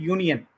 Union